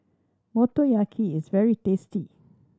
motoyaki is very tasty